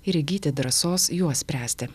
ir įgyti drąsos juos spręsti